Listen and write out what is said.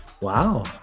Wow